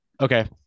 Okay